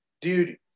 dude